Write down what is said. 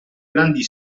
grandi